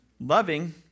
loving